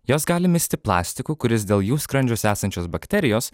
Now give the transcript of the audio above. jos gali misti plastiku kuris dėl jų skrandžiuose esančios bakterijos